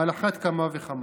על אחת כמה וכמה".